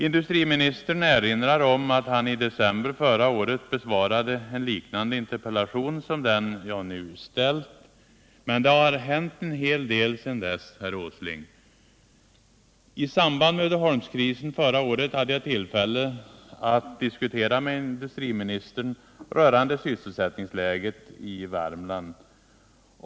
Industriministern erinrar om att han i december förra året besvarade en liknande interpellation som den jag nu framställt. Men det har hänt en hel del sedan dess, herr Åsling. I samband med Uddeholmskrisen förra året hade jag tillfälle att med industriministern diskutera sysselsättningsläget i Värmland.